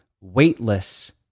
weightless